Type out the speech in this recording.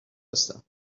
هستم